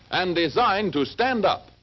and designed to stand up.